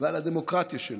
ועל הדמוקרטיה שלהם.